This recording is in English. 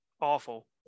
awful